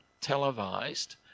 televised